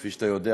כפי שאתה יודע,